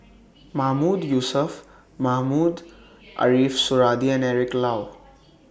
Mahmood Yusof Mohamed Ariff Suradi and Eric Low